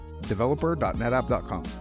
developer.netapp.com